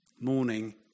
morning